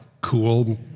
cool